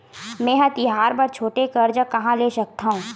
मेंहा तिहार बर छोटे कर्जा कहाँ ले सकथव?